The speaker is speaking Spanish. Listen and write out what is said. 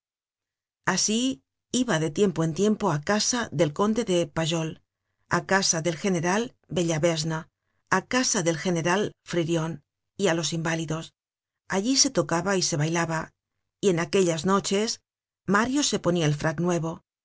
asi iba de tiempo en tiempo ácasa del conde pajol á casa del general bellavesne á casa del general fririon y á los inválidos allí se tocaba y se bailaba y en aquellas noches mario se ponia el frac nuevo